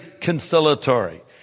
conciliatory